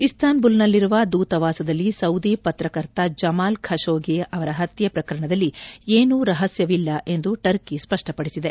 ಇಸ್ತಾನ್ಬುಲ್ನಲ್ಲಿರುವ ದೂತಾವಾಸದಲ್ಲಿ ಸೌದಿ ಪತ್ರಕರ್ತ Jamal Khashoggi ಅವರ ಹತ್ತೆ ಪ್ರಕರಣದಲ್ಲಿ ಏನೂ ರಹಸ್ಥವಿಲ್ಲ ಎಂದು ಟರ್ಕ ಸ್ಪಷ್ಟಪಡಿಸಿದೆ